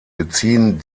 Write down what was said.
beziehen